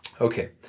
Okay